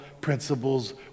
principles